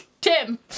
Tim